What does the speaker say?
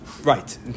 Right